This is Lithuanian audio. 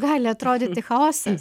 gali atrodyti chaosas